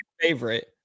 favorite